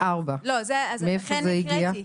מאיפה זה הגיע?